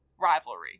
rivalry